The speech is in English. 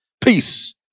Peace